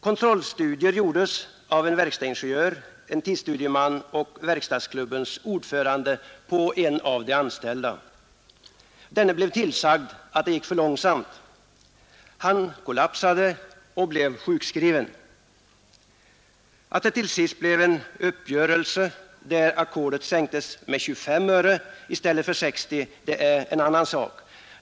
Kontrollstudier Torsdagen den gjordes på en anställd av en verkstadsingenjör, en tidsstudieman och 11 november 1971 verkstadsklubbens ordförande. Den anställde blev tillsagd att det gick för. långsamt. Han kollapsade och blev sjukskriven. Att det till sist blev en Ang. tidsstudier uppgörelse där ackordet sänktes med 25 i stället för 60 öre är en annan sak.